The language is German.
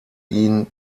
ihn